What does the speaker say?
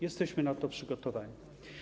Jesteśmy na to przygotowani.